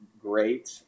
great